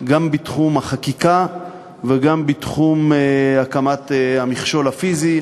גם בתחום החקיקה וגם בתחום הקמת המכשול הפיזי,